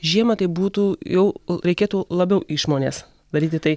žiemą tai būtų jau reikėtų labiau išmonės daryti tai